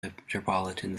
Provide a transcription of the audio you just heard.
metropolitan